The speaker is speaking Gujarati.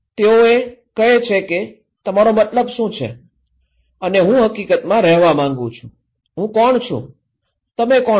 તેઓએ કહે છે કે તમારો મતલબ શું છે અને હું હકીકતમાં રહેવા માંગુ છું હું કોણ છું તમે કોણ છો